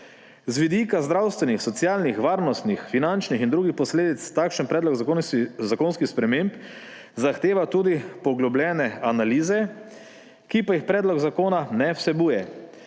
Z vidika zdravstvenih, socialnih, varnostnih, finančnih in drugih posledic takšen predlog zakonskih sprememb zahteva tudi poglobljene analize, ki pa jih predlog zakona ne vsebuje.